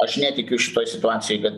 aš netikiu šitoj situacijoj kad